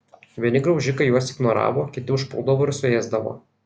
vieni graužikai juos ignoravo kiti užpuldavo ir suėsdavo